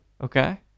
Okay